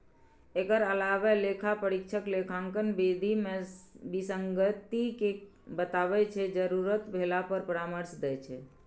एकर अलावे लेखा परीक्षक लेखांकन विधि मे विसंगति कें बताबै छै, जरूरत भेला पर परामर्श दै छै